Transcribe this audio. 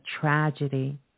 tragedy